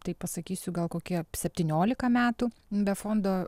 taip pasakysiu gal kokia septyniolika metų be fondo